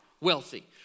wealthy